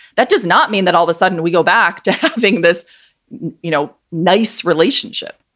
that does not mean that all of a sudden we go back to having this you know nice relationship